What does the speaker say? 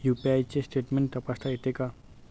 UPI चे statement तपासता येते का?